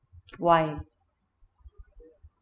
why